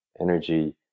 energy